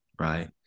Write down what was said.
right